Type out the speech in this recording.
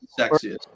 sexiest